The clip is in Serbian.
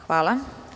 Hvala.